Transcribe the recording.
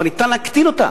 אבל ניתן לצמצם אותה.